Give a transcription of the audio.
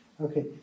Okay